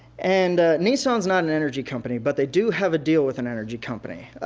and nissan is not an energy company but they do have a deal with an energy company.